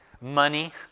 money